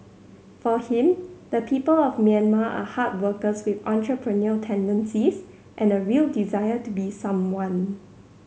for him the people of Myanmar are hard workers with entrepreneurial tendencies and a real desire to be someone